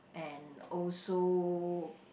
and also